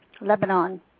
Lebanon